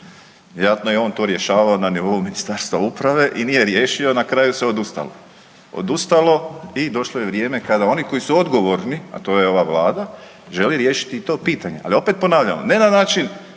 je on to rješavao na nivou Ministarstva uprave i nije riješio i na kraju se odustalo. Odustalo i došlo je vrijeme kada oni koji su odgovorni, a to je ova Vlada, želi riješiti i to pitanje, ali opet ponavljamo, ne na način